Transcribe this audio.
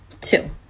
Two